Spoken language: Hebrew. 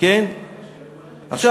עכשיו,